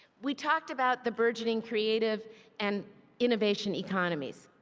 we talked about the burgeoning creative and innovation economies.